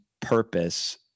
purpose